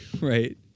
right